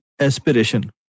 Aspiration